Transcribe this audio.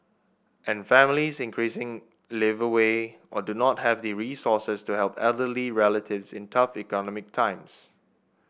and families increasingly live away or do not have the resources to help elderly relatives in tough economic times